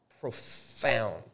profound